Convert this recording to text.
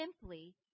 simply